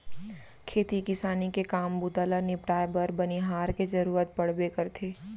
खेती किसानी के काम बूता ल निपटाए बर बनिहार के जरूरत पड़बे करथे